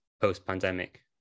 post-pandemic